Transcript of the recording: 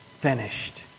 Finished